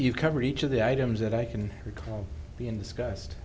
you cover each of the items that i can recall being discussed